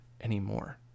anymore